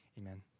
Amen